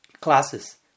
classes